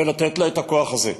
ויש לתת לה את הכוח הזה.